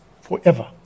forever